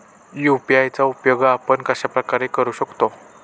UPI चा उपयोग आपण कशाप्रकारे करु शकतो?